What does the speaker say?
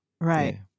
right